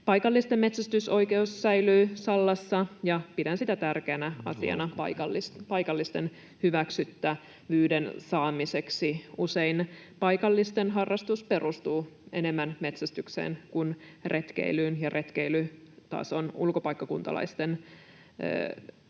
Paikallisten metsästysoikeus säilyy Sallassa, ja pidän sitä tärkeänä asiana paikallisten hyväksynnän saamiseksi. Usein paikallisten harrastus perustuu enemmän metsästykseen kuin retkeilyyn, ja retkeily taas on ulkopaikkakuntalaisten mielipuuhaa.